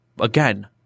Again